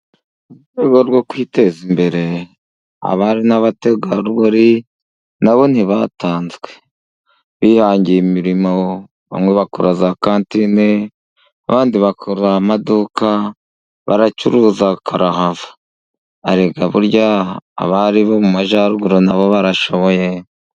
Mu rwego rwo kwiteza imbere, abari n'abategarugori nabo ntibatanzwe bihangiye imirimo, bamwe bakora za katine, abandi bakora amaduka baracuruza karahava, arega burya abari bo mu majyaruguru nabo barashoboye.